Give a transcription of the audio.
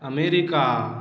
America